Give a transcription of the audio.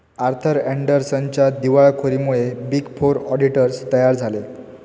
Arthur अँडरसनच्या दिवाळखोरीमुळे big four auditors तयार झाले